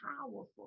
powerful